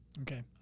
Okay